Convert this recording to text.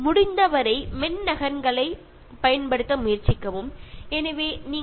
കഴിയുന്ന സമയങ്ങളിൽ ഒക്കെയും കാര്യങ്ങൾ സോഫ്റ്റ് കോപ്പി ആയി തന്നെ സൂക്ഷിക്കുക